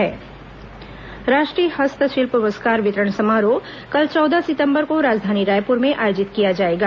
राष्ट्रीय हस्तशिल्प प्रस्कार राष्ट्रीय हस्तशिल्प पुरस्कार वितरण समारोह कल चौदह सितम्बर को राजधानी रायपुर में आयोजित किया जाएगा